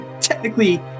technically